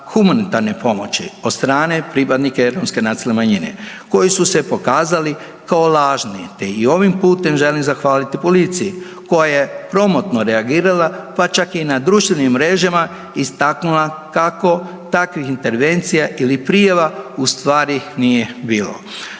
humanitarne pomoći od strane pripadnika romske nacionalne manjine koji su se pokazali kao lažni, te i ovim putem želim zahvaliti policiji koja je promotno reagirala, pa čak i na društvenim mrežama istaknula kako takvih intervencija ili prijava u stvari nije bilo.